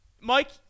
Mike